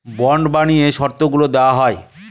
bond বানিয়ে শর্তগুলা দেওয়া হয়